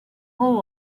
more